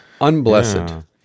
Unblessed